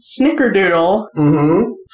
Snickerdoodle